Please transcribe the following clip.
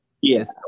yes